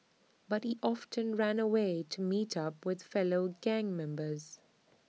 but he often ran away to meet up with fellow gang members